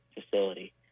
facility